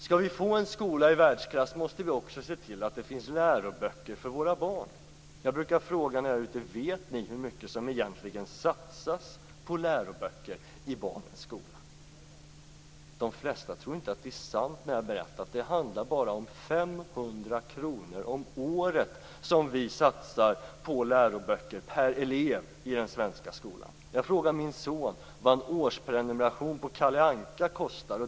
För att få en skola i världsklass måste vi också se till att det finns läroböcker till våra barn. När jag är ute på besök brukar jag fråga: Vet ni hur mycket som egentligen satsas på läroböcker i barnens skola? De flesta tror inte att det är sant när jag säger att det bara handlar om 500 kr om året som satsas på läroböcker per elev i den svenska skolan. Jag har frågat min son vad en årsprenumeration på Kalle Anka kostar.